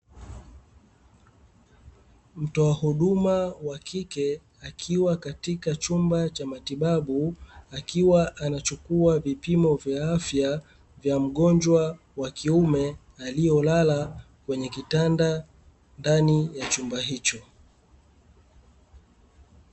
Mtoa huduma wa kike akiwa katika chumba cha matibabu, akiwa anachukua vipimo vya afya vya mgonjwa wa kiume aliyolala kwenye kitanda ndani ya chumba hicho.